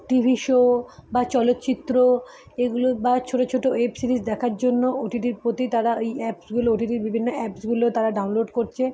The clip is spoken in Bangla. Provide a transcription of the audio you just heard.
টিভি শো বা চলচ্চিত্র এগুলো বা ছোটো ছোটো ওয়েব সিরিজ দেখার জন্য ও টি টির প্রতি তারা ওই অ্যাপসগুলো ও টি টির বিভিন্ন অ্যাপসগুলো তারা ডাউনলোড করছে